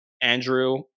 Andrew